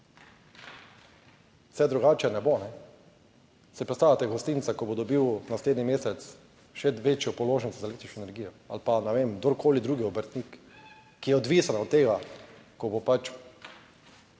Saj drugače ne bo, ne? Si predstavljate gostinca, ki bo dobil naslednji mesec še večjo položnico za električno energijo ali pa, ne vem, kdorkoli drugi obrtnik, ki je odvisen od tega, ko bo pač